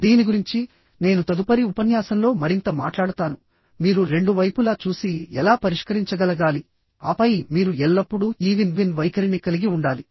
దీని గురించి నేను తదుపరి ఉపన్యాసంలో మరింత మాట్లాడతాను మీరు రెండు వైపులా చూసి ఎలా పరిష్కరించగలగాలి ఆపై మీరు ఎల్లప్పుడూ ఈ విన్ విన్ వైఖరిని కలిగి ఉండాలి